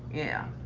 yeah.